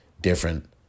different